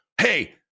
Hey